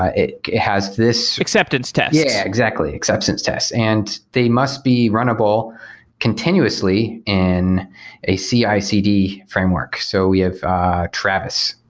ah it it has this acceptance tests yeah, exactly, acceptance tests. and they must be runnable continuously in a ah cicd framework. so we have travis,